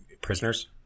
prisoners